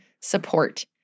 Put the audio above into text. support